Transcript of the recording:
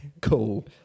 Cool